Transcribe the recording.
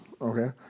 okay